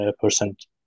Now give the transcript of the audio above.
percent